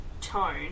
tone